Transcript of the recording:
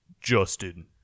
Justin